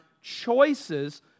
choices